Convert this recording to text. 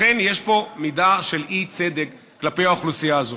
לכן יש פה מידה של אי-צדק כלפי האוכלוסייה הזאת.